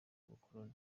ubukoroni